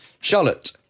Charlotte